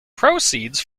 proceeds